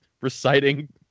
reciting